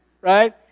right